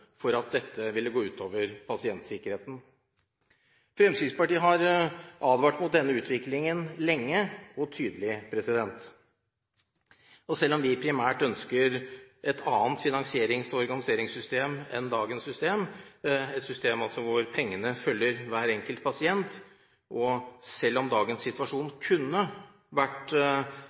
for at dette ville gå ut over pasientsikkerheten. Fremskrittspartiet har advart mot denne utviklingen lenge og tydelig. Selv om vi primært ønsker et annet finansierings- og organiseringssystem enn dagens system – et system der pengene følger hver enkelt pasient – og selv om dagens situasjon kunne vært